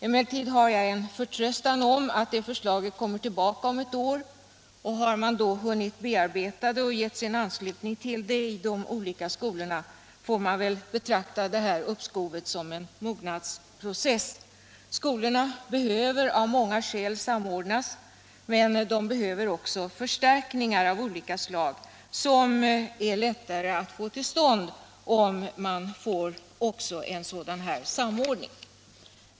Emellertid har jag en förtröstan på att det förslaget kommer tillbaka om ett år, och har det då hunnit bearbetas och man givit sin anslutning till det i de olika skolorna, så får vi väl betrakta uppskovet som en mognadsprocess. Skolorna behöver av många skäl samordnas, men de behöver också förstärkningar av olika slag, som det är lättare att få till stånd om man också får en sådan här samordning.